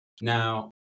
Now